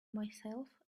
myself